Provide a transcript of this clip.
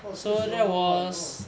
oh two zero one one !wow!